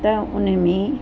त उन में